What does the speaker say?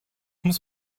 muss